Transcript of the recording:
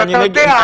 אתה יודע,